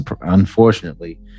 unfortunately